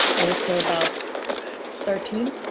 i would say about thirteen